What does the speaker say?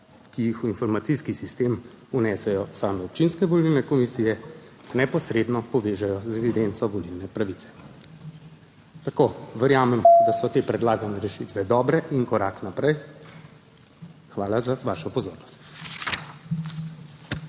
ki jih v informacijski sistem vnesejo same občinske volilne komisije, neposredno povežejo z evidenco volilne pravice. Tako. Verjamem, da so te predlagane rešitve dobre in korak naprej. Hvala za vašo pozornost.